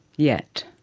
yet.